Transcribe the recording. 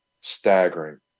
staggering